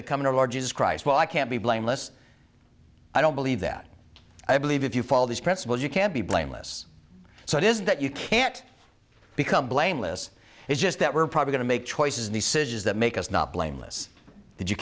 the coming of jesus christ well i can't be blameless i don't believe that i believe if you follow these principles you can't be blameless so it is that you can't become blameless it's just that we're probably going to make choices in the cities that make us not blameless did you